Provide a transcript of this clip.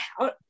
out